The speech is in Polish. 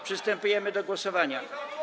Przystępujemy do głosowania.